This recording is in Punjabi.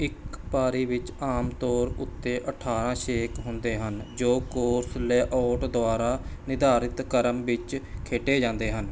ਇੱਕ ਪਾਰੀ ਵਿੱਚ ਆਮ ਤੌਰ ਉੱਤੇ ਅਠਾਰਾਂ ਛੇਕ ਹੁੰਦੇ ਹਨ ਜੋ ਕੋਰਸ ਲੇਅ ਆਊਟ ਦੁਆਰਾ ਨਿਰਧਾਰਤ ਕ੍ਰਮ ਵਿੱਚ ਖੇਡੇ ਜਾਂਦੇ ਹਨ